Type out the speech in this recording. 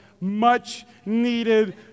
much-needed